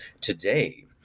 today